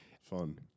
Fun